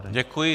Děkuji.